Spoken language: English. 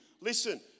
Listen